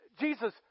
Jesus